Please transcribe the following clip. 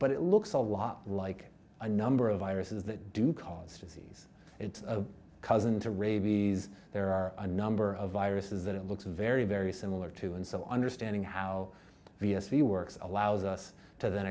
but it looks a lot like a number of viruses that do cause disease it's a cousin to rabies there are a number of viruses that it looks very very similar to and so understanding how v s e works allows us to then